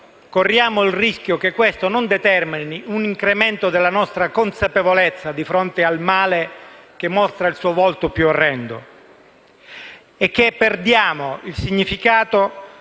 corriamo il rischio che questo non determini un incremento della nostra consapevolezza di fronte al male che mostra il suo volto più orrendo e che perdiamo il significato